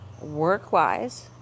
work-wise